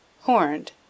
horned